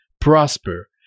prosper